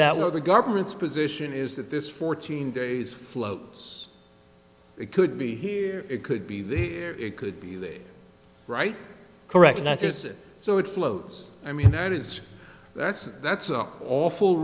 what the government's position is that this fourteen days floats it could be here it could be that here it could be that right correct that is it so it floats i mean that is that's that's an awful